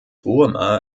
burma